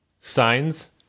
Signs